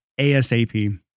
ASAP